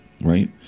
right